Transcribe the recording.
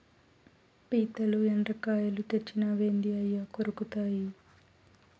పీతలు, ఎండ్రకాయలు తెచ్చినావేంది అయ్యి కొరుకుతాయి